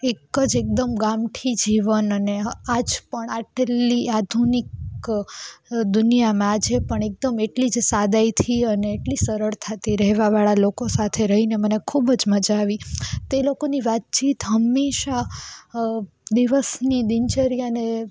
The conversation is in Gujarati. એક જ એકદમ ગામઠી જીવન અને આજ પણ આટલી આધુનિક દુનિયામાં આજે પણ એકદમ એટલી જ સાદાઈથી અને એટલી સરળતાથી રહેવાવાળાં લોકો સાથે રહીને મને ખૂબ જ મજા આવી તે લોકોની વાતચીત હંમેશા દિવસની દિનચર્યા અને